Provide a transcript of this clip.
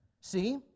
see